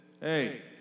Hey